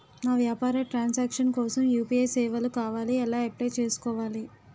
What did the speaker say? నా వ్యాపార transaction కోసం యు.పి.ఐ సేవలు కావాలి ఎలా అప్లయ్ చేసుకోవాలి?